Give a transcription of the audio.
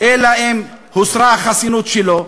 אלא אם כן הוסרה החסינות שלו.